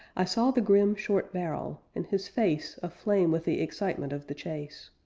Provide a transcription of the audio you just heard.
i saw the grim short barrel, and his face aflame with the excitement of the chase.